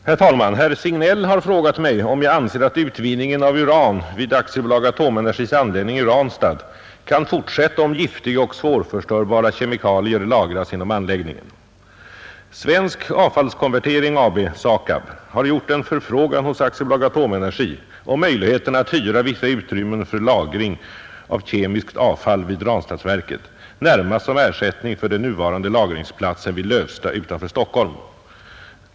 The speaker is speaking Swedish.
Herr talman! Herr Signell har frågat mig om jag anser att utvinningen av uran vid AB Atomenergis anläggning i Ranstad kan fortsätta om giftiga och svårförstörbara kemikalier lagras inom anläggningen. Svensk Avfallskonvertering AB har gjort en förfrågan hos AB Atomenergi om möjligheterna att hyra vissa utrymmen för lagring av kemiskt avfall vid Ranstadsverket, närmast som ersättning för den nuvarande lagringsplatsen vid Lövsta utanför Stockholm.